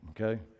okay